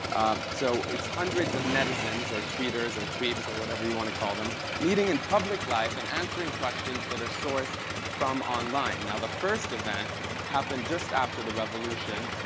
so it's hundreds of netizens or tweeters or tweets or whatever you want to call them meeting in public life and answering questions that are sourced from online. now, the first event happened just after the revolution,